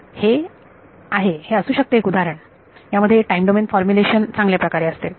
तर हे आहे हे असू शकते एक उदाहरण यामध्ये टाईम डोमेन फॉर्मुलेशन चांगल्या प्रकारे असते